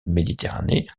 méditerranée